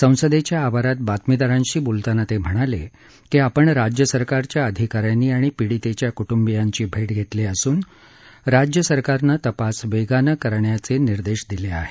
संसदेच्या आवारात बातमीदारांशी बोलताना ते म्हणाले की आपण राज्य सरकारच्या अधिकाऱ्यांनी आणि पिडीतेच्या कुटुंबियांची भेट घेतली असून राज्य सरकारनं तपास वेगाने करण्याचे निर्देश दिले आहेत